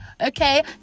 Okay